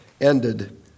ended